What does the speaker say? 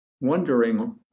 wondering